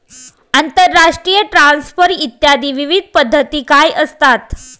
आंतरराष्ट्रीय ट्रान्सफर इत्यादी विविध पद्धती काय असतात?